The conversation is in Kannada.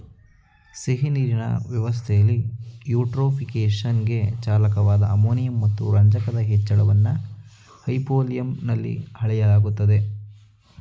ಸಿಹಿನೀರಿನ ವ್ಯವಸ್ಥೆಲಿ ಯೂಟ್ರೋಫಿಕೇಶನ್ಗೆ ಚಾಲಕವಾದ ಅಮೋನಿಯಂ ಮತ್ತು ರಂಜಕದ ಹೆಚ್ಚಳವನ್ನು ಹೈಪೋಲಿಯಂನಲ್ಲಿ ಅಳೆಯಲಾಗ್ತದೆ